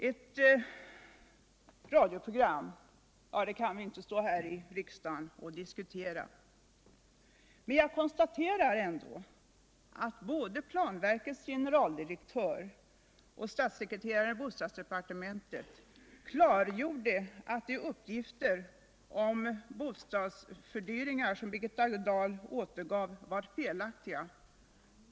Eu radioprogram kan viinte stå häri kammaren och diskutera, men jag konstaterar att både planverkets generaldirektör och stalssekreteraren i bostadsdepartementet klargjorde att de uppgifter om bostadsfördyringar som Birgitta Dahl återgav var felaktiga.